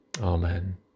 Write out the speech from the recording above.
Amen